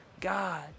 God